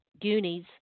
Goonies